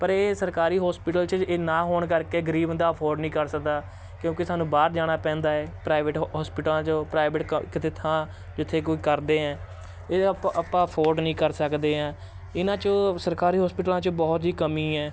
ਪਰ ਇਹ ਸਰਕਾਰੀ ਹੋਸਪੀਟਲ 'ਚ ਇਹ ਨਾ ਹੋਣ ਕਰਕੇ ਗਰੀਬ ਬੰਦਾ ਅਫੋਰਡ ਨਹੀਂ ਕਰ ਸਕਦਾ ਕਿਉਂਕਿ ਸਾਨੂੰ ਬਾਹਰ ਜਾਣਾ ਪੈਂਦਾ ਹੈ ਪ੍ਰਾਈਵੇਟ ਹੋਸਪੀਟਲਾਂ 'ਚੋਂ ਪ੍ਰਾਈਵੇਟ ਕ ਕਿਤੇ ਥਾਂ ਜਿੱਥੇ ਕੋਈ ਕਰਦੇ ਐਂ ਇਹ ਆਪਾ ਆਪਾਂ ਅਫੋਰਡ ਨਹੀਂ ਕਰ ਸਕਦੇ ਹਾਂ ਇਹਨਾਂ 'ਚੋਂ ਸਰਕਾਰੀ ਹੋਸਪਿਟਲਾਂ 'ਚ ਬਹੁਤ ਜੀ ਕਮੀ ਐਂ